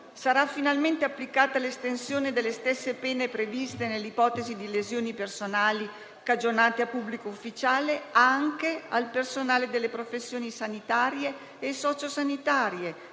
Sarà finalmente applicata l'estensione delle stesse pene previste nell'ipotesi di lesioni personali cagionate a pubblico ufficiale, anche al personale delle professioni sanitarie e socio-sanitarie